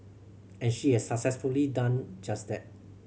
and she has successfully done just that